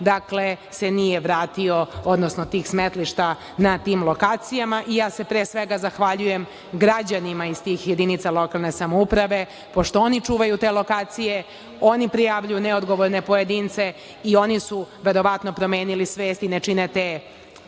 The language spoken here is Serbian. se nije vratio, odnosno tih smetlišta na tim lokacijama. Pre svega se zahvaljujem građanima iz tih jedinica lokalne samouprave, pošto oni čuvaju te lokacije, oni prijavljuju neodgovorne pojedince i oni su verovatno promenili svest i ne čine te